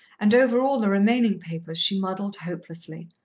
and over all the remaining papers she muddled hopelessly.